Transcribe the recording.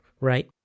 right